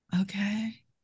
Okay